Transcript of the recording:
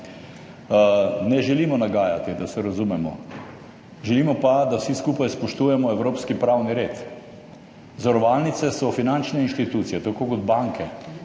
ne želimo nagajati, da se razumemo, želimo pa, da vsi skupaj spoštujemo evropski pravni red. Zavarovalnice so finančne inštitucije, tako kot banke